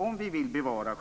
Om vi vill bevara